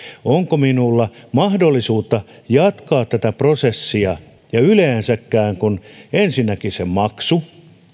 onko hänellä mahdollisuutta jatkaa tätä prosessia yleensäkään kun ensinnäkin on se maksu